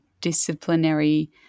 disciplinary